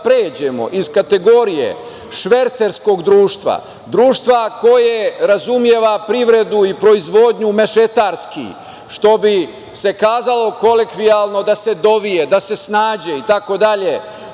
pređemo iz kategorije švercerskog društva, društva koje razume privredu i proizvodnju mešetarski, što bi se kazalo kolokvijalno da se dovije, da se snađe, itd, ta